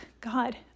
God